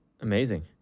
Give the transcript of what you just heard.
Amazing